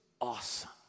awesome